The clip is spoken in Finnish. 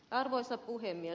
arvoisa puhemies